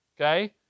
okay